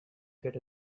get